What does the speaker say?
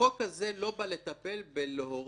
החוק הזה לא בא לטפל בהורדת